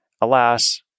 Alas